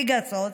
פגסוס,